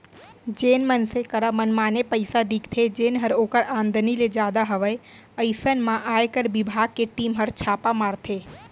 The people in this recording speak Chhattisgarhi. जेन मनसे करा मनमाने पइसा दिखथे जेनहर ओकर आमदनी ले जादा हवय अइसन म आयकर बिभाग के टीम हर छापा मारथे